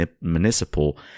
municipal